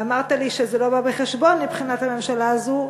ואמרת לי שזה לא בא בחשבון מבחינת הממשלה הזאת,